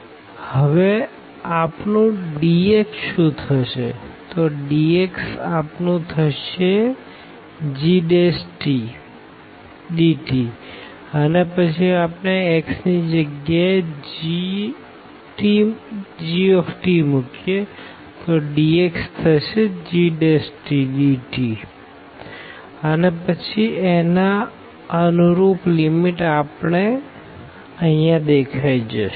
તો હવે આપણું dx શુ થશે તો dx થશે gdt અને પછી આપણે x ની જગ્યા એ g મુકીએ તો dx થશે gdt અને પછી એના કરસપોનડીંગ લીમીટ આપણે અહી દેખાશે